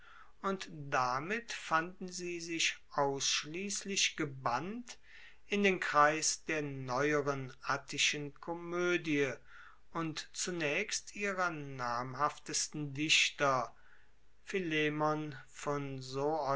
und damit fanden sie sich ausschliesslich gebannt in den kreis der neueren attischen komoedie und zunaechst ihrer namhaftesten dichter philemon von